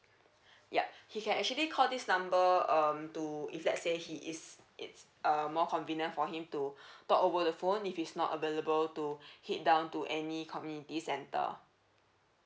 yup he can actually call this number um to if let say he is it's err more convenient for him to talk over the phone if he's not available to head down to any community centre